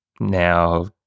now